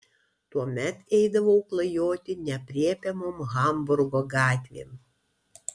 tuomet eidavau klajoti neaprėpiamom hamburgo gatvėm